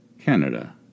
Canada